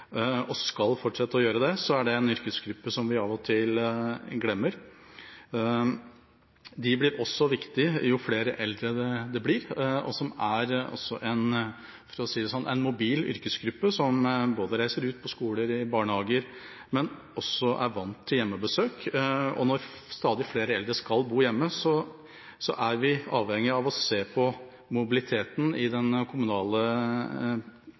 og skal fortsette å gjøre det, og da er det en yrkesgruppe vi av og til glemmer. De blir også viktige jo flere eldre det blir, og de er også, for å si det sånn, en mobil yrkesgruppe, som reiser ut på skoler og til barnehager, men som også er vant til hjemmebesøk. Når stadig flere eldre skal bo hjemme, er vi avhengige av å se på mobiliteten i den kommunale